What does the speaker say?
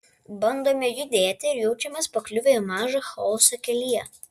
bandome judėti ir jaučiamės pakliuvę į mažą chaosą kelyje